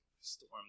storm